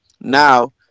Now